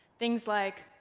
things like,